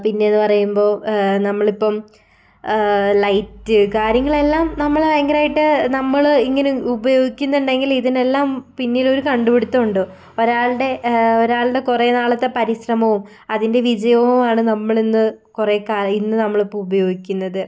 പിന്നെയെന്നു പറയുമ്പോൾ നമ്മളിപ്പം ലൈറ്റ് കാര്യങ്ങൾ എല്ലാം നമ്മൾ ഭയങ്കരമായിട്ട് നമ്മൾ ഇങ്ങനെ ഉപയോഗിക്കുന്നുണ്ടെങ്കിലും ഇതിനെല്ലാം പിന്നിലൊരു കണ്ട് പിടിത്തം ഉണ്ട് ഒരാളുടെ ഒരാളുടെ കുറേ നാളത്തെ പരിശ്രമവും അതിൻ്റെ വിജയവുമാണ് നമ്മളിന്ന് കുറേ കാ ഇന്ന് നമ്മളിപ്പോൾ ഉപയോഗിക്കുന്നത്